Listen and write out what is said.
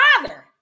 father